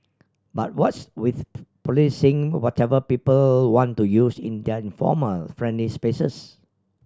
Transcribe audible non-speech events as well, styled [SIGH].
but what's with [UNINTELLIGIBLE] policing whatever people want to use in their informal friendly spaces